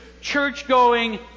church-going